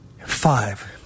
Five